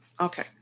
Okay